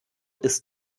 ist